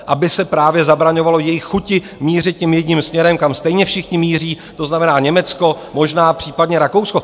Aby se právě zabraňovalo jejich chuti mířit tím jedním směrem, kam stejně všichni míří, to znamená Německo, možná případně Rakousko.